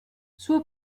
suo